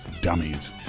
Dummies